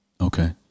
Okay